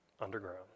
underground